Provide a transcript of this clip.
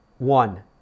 One